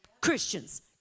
christians